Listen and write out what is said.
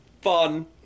fun